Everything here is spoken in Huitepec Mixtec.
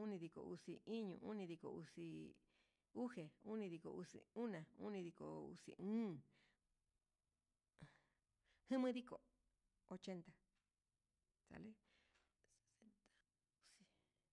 unidiko uxi iño, unidiko uxi ona, unidiko uxi óón, jamediko ochenta sale.